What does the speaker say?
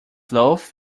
loaf